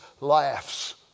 laughs